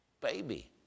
baby